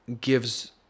gives